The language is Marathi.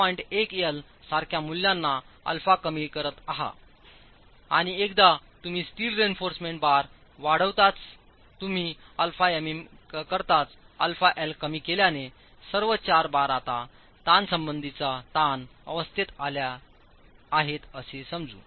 1 L सारख्या मूल्यांना α कमी करत आहात आणि एकदा तुम्ही स्टील रेइन्फॉर्समेंट बार वाढविताच तुम्ही αL कमी करताच αL कमी केल्याने सर्व चार बार आता ताणासंबंधीचा ताण अवस्थेत आल्या आहेत असे समजू